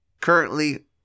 Currently